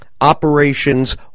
operations